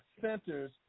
centers